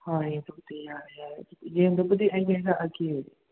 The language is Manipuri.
ꯍꯣꯏ ꯑꯗꯨꯕꯨꯗꯤ ꯌꯥꯔꯦ ꯌꯥꯔꯦ ꯑꯗꯨꯗꯤ ꯌꯦꯟꯗꯨꯕꯨꯗꯤ ꯑꯩ ꯂꯩꯔꯛꯑꯒꯦ